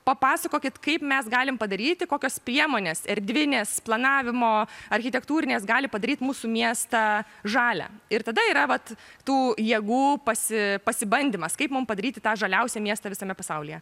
papasakokit kaip mes galim padaryti kokios priemonės erdvinės planavimo architektūrinės gali padaryti mūsų miestą žalią ir tada yra vat tų jėgų pasi pasibandymas kaip mums padaryti tą žaliausią miestą visame pasaulyje